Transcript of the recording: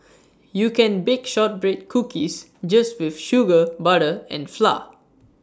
you can bake Shortbread Cookies just with sugar butter and flour